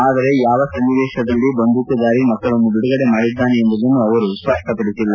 ಆದರೆ ಯಾವ ಸನ್ನಿವೇಶದಲ್ಲಿ ಬಂದೂಕುಧಾರಿ ಮಕ್ಕಳನ್ನು ಬಿಡುಗಡೆ ಮಾಡಿದ್ದಾನೆ ಎಂಬುದನ್ನು ಅವರು ಸ್ಪಷ್ಟಪಡಿಸಿಲ್ಲ